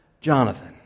Jonathan